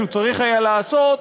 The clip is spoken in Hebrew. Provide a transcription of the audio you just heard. שהוא צריך היה לעשות,